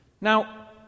Now